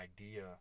idea